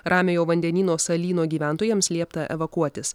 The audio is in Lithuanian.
ramiojo vandenyno salyno gyventojams liepta evakuotis